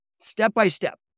Step-by-step